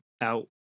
out